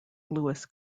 louis